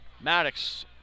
Maddox